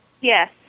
Yes